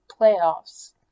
playoffs